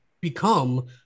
become